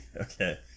okay